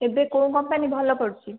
ଏବେ କେଉଁ କମ୍ପାନୀ ଭଲ ପଡୁଛି